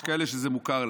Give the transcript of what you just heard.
יש כאלה שזה מוכר להם,